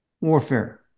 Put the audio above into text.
warfare